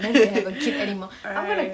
alright